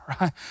right